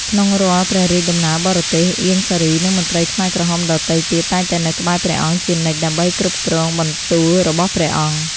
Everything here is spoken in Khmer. ក្នុងរាល់ព្រះរាជដំណើរបរទេស អៀង សារី និងមន្ត្រីខ្មែរក្រហមដទៃទៀត តែងតែនៅក្បែរព្រះអង្គជានិច្ចដើម្បីគ្រប់គ្រងបន្ទូលរបស់ព្រះអង្គ។